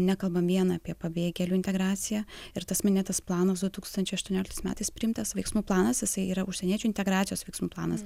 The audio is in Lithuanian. nekalbam vien apie pabėgėlių integraciją ir tas minėtas planas du tūkstančiai aštuonioliktais metais priimtas veiksmų planas jisai yra užsieniečių integracijos veiksmų planas